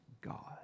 God